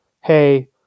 hey